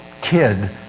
kid